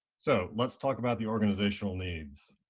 so let's talk about the organizational needs.